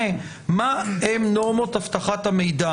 ומה הן נורמות אבטחת המידע